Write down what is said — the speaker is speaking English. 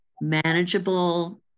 manageable